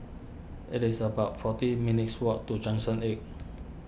it is about forty minutes' walk to Junction eight